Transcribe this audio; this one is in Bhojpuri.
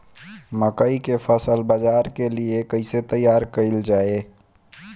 मकई के फसल बाजार के लिए कइसे तैयार कईले जाए?